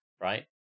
right